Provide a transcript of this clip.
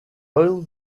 oil